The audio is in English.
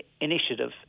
initiative